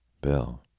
Bill